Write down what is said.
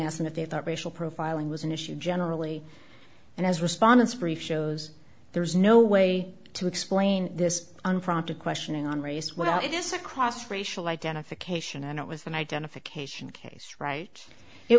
ask them if they thought racial profiling was an issue generally and as respondents briefed shows there's no way to explain this unprompted questioning on race well it is across racial identification and it was an identification case right it